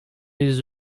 les